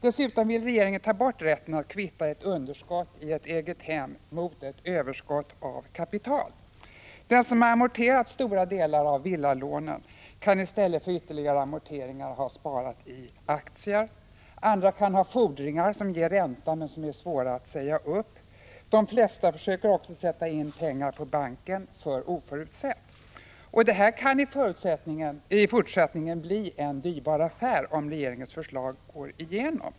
Dessutom vill regeringen ta bort rätten att kvitta ett underskott i ett eget hem mot ett överskott av kapital. Den som har amorterat stora delar av villalånen kan i stället för att göra ytterligare amorteringar ha sparat i aktier. Andra kan ha fordringar som ger ränta men är svåra att säga upp. De flesta försöker också sätta in pengar på banken för oförutsett. Detta kan i Prot. 1985/86:107 = fortsättningen bli en dyrbar affär, om regeringens förslag går igenom.